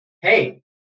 hey